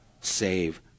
save